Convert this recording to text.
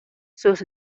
sus